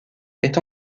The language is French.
est